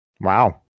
Wow